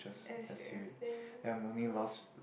S_ then yeah